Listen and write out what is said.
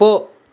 போ